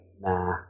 Nah